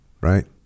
right